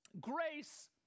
Grace